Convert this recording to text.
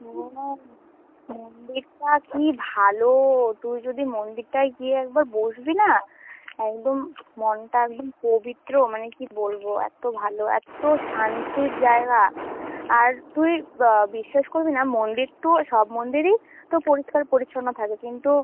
হুম মন্দিরটা কি ভালো তুই যদি মন্দিরটায় গিয়ে একবার বসবি না একদম মনটা একদম পবিত্র মানে কী বলবো এতো ভালো এত্তো শান্তির জায়গা আর তুই বিশ্বাস করবি না মন্দির টু সব মন্দিরই তো পরিষ্কার পরিচ্ছন্ন থাকে কিন্তু